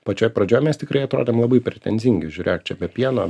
pačioj pradžioj mes tikrai atrodėm labai pretenzingi žiūrėk čia be pieno